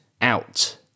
out